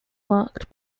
marked